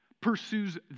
pursues